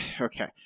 okay